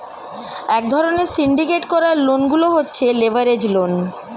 এক ধরণের সিন্ডিকেট করা লোন গুলো হচ্ছে লেভারেজ লোন